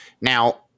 Now